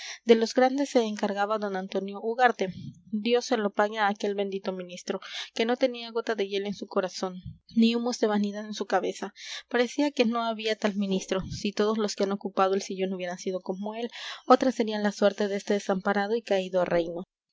de los grandes se encargaba d antonio ugarte dios se lo pague a aquel bendito ministro que no tenía gota de hiel en su corazón ni humos de vanidad en su cabeza parecía que no había tal ministro si todos los que han ocupado el sillón hubieran sido como él otra sería la suerte de este desamparado y caído reino